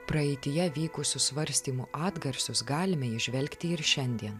praeityje vykusių svarstymų atgarsius galime įžvelgti ir šiandien